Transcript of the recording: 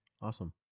Awesome